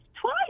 twice